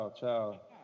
ciao